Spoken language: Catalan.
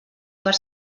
per